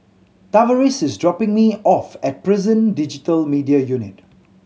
Tavaris is dropping me off at Prison Digital Media Unit